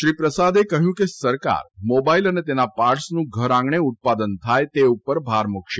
શ્રી પ્રસાદે કહ્યું કે સરકાર મોબાઇલ અને તેના પાર્ટસનું ઘરઆંગણે ઉત્પાદન થાય તે ઉપર ભાર મૂકશે